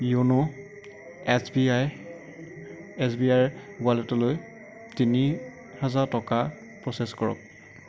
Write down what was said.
য়োনো এছবিআইৰ এছবিআইৰ ৱালেটলৈ তিনি হাজাৰ টকা প্ৰচেছ কৰক